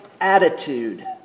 attitude